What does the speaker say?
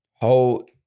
hold